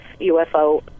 UFO